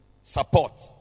support